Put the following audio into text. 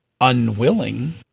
unwilling